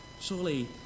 surely